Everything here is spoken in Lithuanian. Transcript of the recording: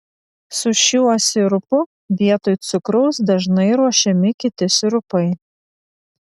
su šiuo sirupu vietoj cukraus dažnai ruošiami kiti sirupai